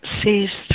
sees